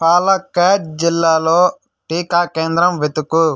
పాలక్కాడ్ జిల్లాలో టీకా కేంద్రం వెతుకు